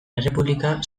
errepublika